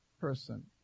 person